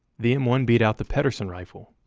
the m one beat out the pedersen rifle,